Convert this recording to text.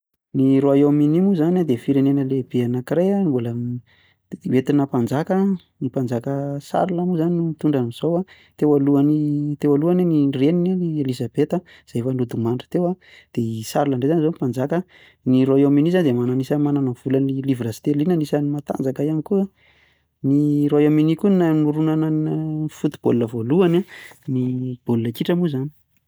Ny royaume uni moa izany dia firenena lehibe anakiray mbola hoentina mpanjaka, ny mpanjaka Charles moa izany no mitondra amin'izao an, teo alohany teo alohany a ny reniny Elizabeta, izay efa nodimandry teo an, dia i Charles indray moa izany no mpanjaka an. Ny Royaume uni moa dia manana ny volany livre sterling izany anisany matanjaka ihany koa. ny Royaume uni koa no namorona ny football voalohany, ny baolina kitra moa izany.